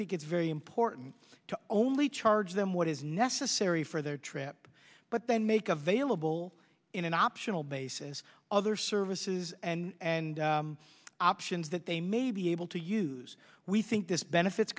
think it's very important to only charge them what is necessary for their trip but then make available in an optional basis other services and options that they may be able to use we think this benefits